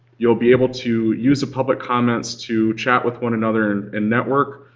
you'll be able to use the public comments to chat with one another and network.